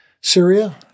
Syria